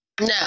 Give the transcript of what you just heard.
No